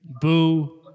boo